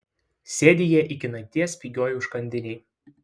sėdi jie iki nakties pigioj užkandinėj